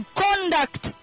conduct